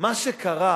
מה שקרה,